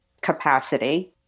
capacity